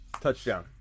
Touchdown